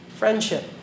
friendship